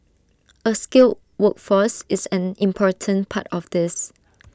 A skilled workforce is an important part of this